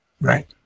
Right